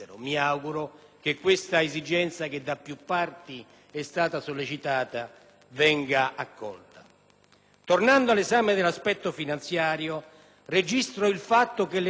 Tornando all'esame dell'aspetto finanziario, registro il fatto che le risorse stanziate nel decreto coprano anche le esigenze della preparazione delle unità.